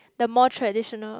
the more traditional